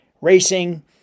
racing